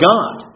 God